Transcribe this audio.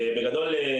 בגדול,